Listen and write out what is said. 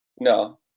no